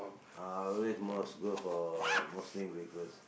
uh I always must go for Muslim breakfast